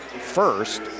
first